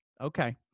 Okay